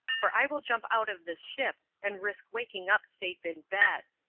for i will jump out of this ship and risk waking up safe in bed.